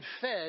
fed